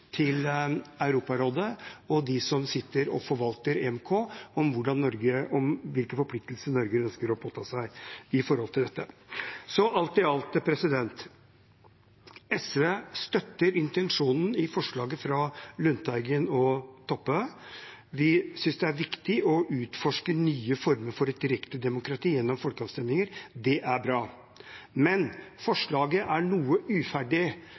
til Europarådet og dem som sitter og forvalter EMK, om hvilke forpliktelser Norge ønsker å påta seg når det gjelder dette. Alt i alt – SV støtter intensjonen i forslaget fra Lundteigen og Toppe. Vi synes det er viktig å utforske nye former for et direktedemokrati gjennom folkeavstemninger. Det er bra. Men forslaget er noe uferdig